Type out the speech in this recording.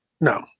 No